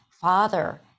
father